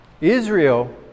Israel